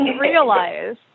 realize